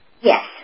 Yes